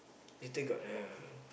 later got the